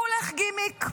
כולך גימיק.